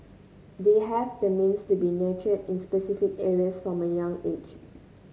they have the means to be nurtured in specific areas from a young age